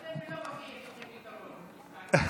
אתם, בלאו הכי יש לכם יתרון, לצערי הרב.